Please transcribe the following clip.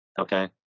Okay